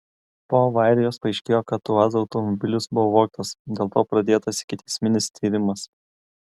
po avarijos paaiškėjo kad uaz automobilis buvo vogtas dėl to pradėtas ikiteisminis tyrimas